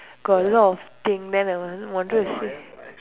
got a lot of thing then I I wanted to see